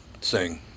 sing